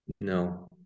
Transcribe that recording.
no